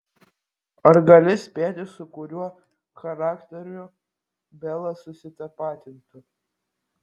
ar gali spėti su kuriuo charakteriu bela susitapatintų